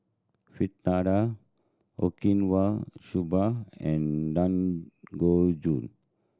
Fritada Okinawa Soba and Dangojiru